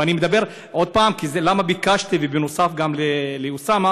ואני מדבר עוד פעם, למה ביקשתי בנוסף לאוסאמה?